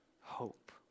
hope